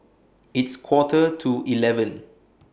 its Quarter to eleven